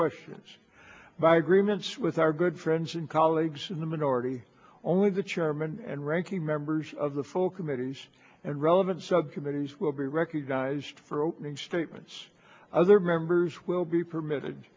questions by agreements with our good friends and colleagues in the minority only the chairman and ranking members of the full committees and relevant subcommittees will be recognized for opening statements other members will be permitted